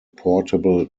portable